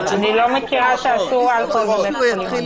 אני לא מכירה שאסור אלכוהול בבית חולים.